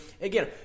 again